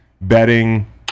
betting